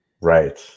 Right